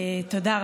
תודה.